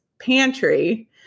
pantry